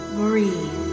breathe